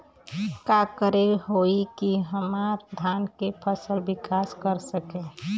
का करे होई की हमार धान के फसल विकास कर सके?